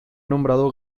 nombrado